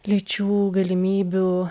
lyčių galimybių